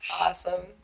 Awesome